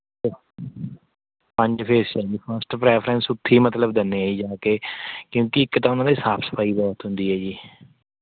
ਪੰਜ ਫੇਸ 'ਚ ਹੈ ਜੀ ਫਰਸਟ ਪ੍ਰੈਫਰੈਂਸ ਉੱਥੇ ਮਤਲਬ ਦਿੰਦੇ ਹਾਂ ਜੀ ਜਾਣੀ ਕੇ ਕਿਉਂਕਿ ਇੱਕ ਤਾਂ ਉਹਨਾਂ ਦੇ ਸਾਫ਼ ਸਫ਼ਾਈ ਬਹੁਤ ਹੁੰਦੀ ਹੈ ਜੀ